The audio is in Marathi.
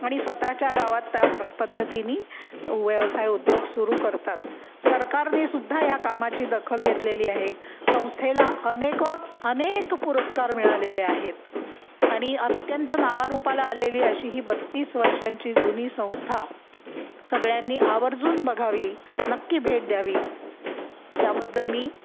आणि स्वतःच्या गावात त्या प्र पद्धतीने व्यवसाय उद्योग सुरू करतात सरकारने सुद्धा ह्या कामाची दखल घेतलेली आहे संस्थेला अनेक अनेक पुरस्कार मिळालेले आहेत आणि अत्यंत नावारूपाला आलेली अशी ही बत्तीस वर्षांची जुनी संस्था सगळ्यांनी आवर्जून बघावी नक्की भेट द्यावी त्याबद्दल मी